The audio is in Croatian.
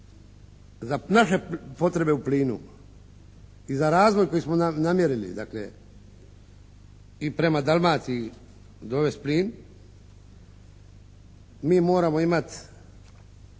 za naše potrebe u plinu i za razvoj koji smo namjerili, dakle i prema Dalmaciji dovesti plin, mi moramo imati